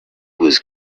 was